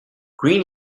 green